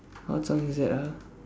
what song is that ah